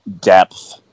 depth